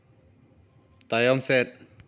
ᱛᱟᱭᱚᱢ ᱥᱮᱫ